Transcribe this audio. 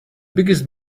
biggest